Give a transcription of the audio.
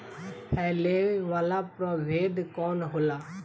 फैले वाला प्रभेद कौन होला?